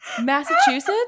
Massachusetts